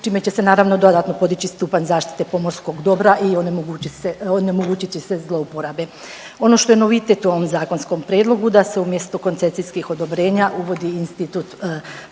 čime će se naravno, dodatno podići stupanj zaštite pomorskog dobra i onemogućit će se zlouporabe. Ono što je novitet u ovom zakonskom prijedlogu, da se umjesto koncesijskih odobrenja uvodi institut dozvole.